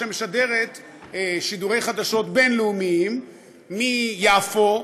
שמשדרת שידורי חדשות בין-לאומיים מיפו,